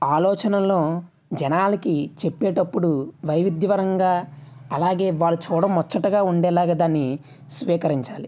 ఆలోచనలను జనాలకి చెప్పేటప్పుడు వైవిధ్యపరంగా అలాగే వాళ్ళు చూడ ముచ్చటగా ఉండేలాగా దాన్ని స్వీకరించాలి